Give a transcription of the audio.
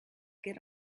get